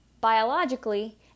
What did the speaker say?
biologically